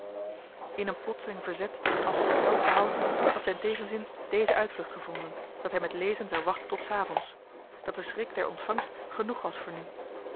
in een plots'ling verzet als tot zelfbehoud had zijn tegenzin deze uitvlucht gevonden dat hij met lezen zou wachten tot s avonds dat de schrik der ontvangst genoeg was voor nu